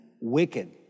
wicked